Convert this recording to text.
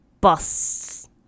busts